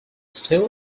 still